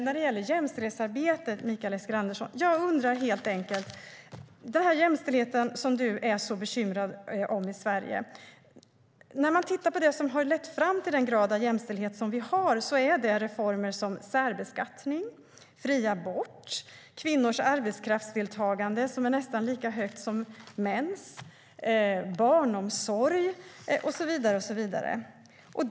När det gäller jämställdheten som du är så bekymrad över, Mikael Eskilandersson, är det reformer som särbeskattning, fri abort, kvinnors arbetskraftsdeltagande som är nästan lika högt som mäns, barnomsorg och så vidare som har lett fram till den grad av jämställdhet som vi har.